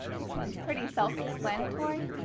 this one's pretty self-explanatory.